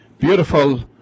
beautiful